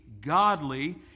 godly